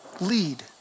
lead